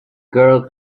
girl